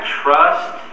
trust